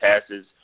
passes